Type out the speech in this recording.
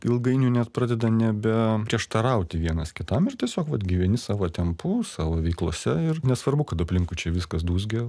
ilgainiui net pradeda nebeprieštarauti vienas kitam ir tiesiog vat gyveni savo tempu savo veiklose ir nesvarbu kad aplinkui čia viskas dūzgia